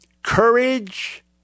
Courage